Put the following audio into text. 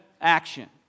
action